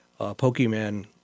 pokemon